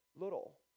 little